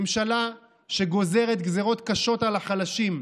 ממשלה שגוזרת גזרות קשות על החלשים.